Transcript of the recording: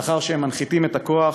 לאחר שהנחיתו את הכוח,